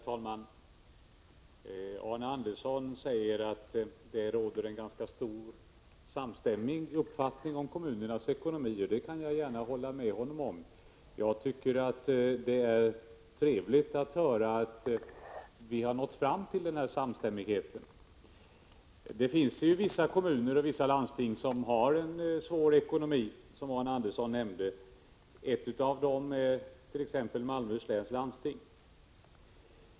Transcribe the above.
Herr talman! Arne Andersson i Gamleby säger att det råder en ganska stor samstämmighet beträffande uppfattningen om kommunernas ekonomi. Det kan jag gärna hålla med honom om. Det är trevligt att vi har nått fram till denna samstämmighet. Det finns vissa kommuner och vissa landsting som har en svår ekonomi, som också Arne Andersson nämnde. Ett av dem är Malmöhus läns landsting.